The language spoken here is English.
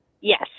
Yes